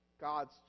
God's